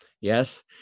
Yes